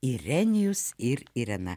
irenijus ir irena